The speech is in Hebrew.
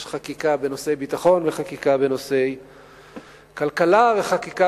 יש חקיקה בנושאי ביטחון וחקיקה בנושאי כלכלה וחקיקה